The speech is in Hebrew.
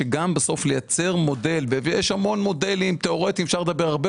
שיש המון מודלים תיאורטיים; אפשר לדבר הרבה,